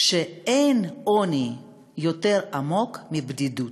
שאין עוני יותר עמוק מבדידות.